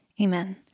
Amen